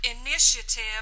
initiative